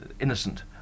innocent